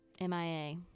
MIA